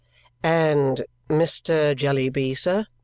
and mr. jellyby, sir?